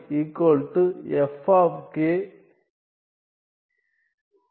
exp | k | y